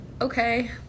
okay